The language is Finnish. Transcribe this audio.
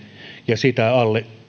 ja sen alle